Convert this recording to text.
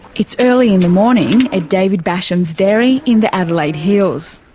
it's early in the morning at david basham's dairy in the adelaide hills,